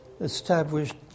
established